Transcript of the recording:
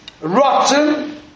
rotten